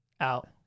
out